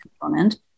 component